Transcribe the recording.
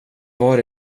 var